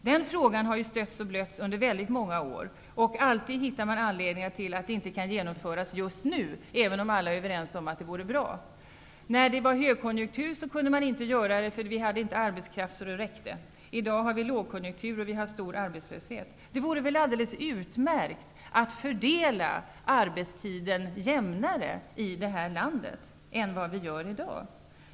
Den frågan har stötts och blötts under väldigt många år. Alltid hittar man anledningar till att förslaget inte kan genomföras ''just nu'', även om alla är överens om att det vore bra. När det var högkonjunktur kunde man inte göra det för att vi inte hade arbetskraft så att det räckte. I dag har vi lågkonjunktur och stor arbetslöshet. Det vore väl alldeles utmärkt att fördela arbetstiden jämnare än vi gör i dag i det här landet.